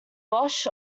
bosch